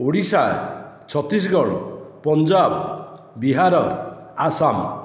Odisha Chhattisgarh Punjab Bihar Assam